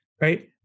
right